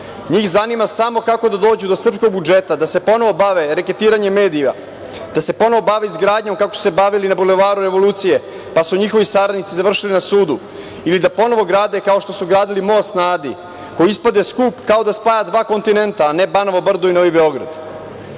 Njih zanima samo kako da dođu do srpskog budžeta, da se ponovo bave reketiranjem medija, da se ponovo bave izgradnjom kako su se bavili na Bulevaru Revolucije, pa su njihovi saradnici završili na sudu. Ili da ponovo grade kao što su gradili most na Adi, koji ispade skup kao da spaja dva kontinenta, a ne Banovo Brdo i Novi Beograd. Da